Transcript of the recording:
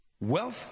Wealth